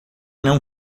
não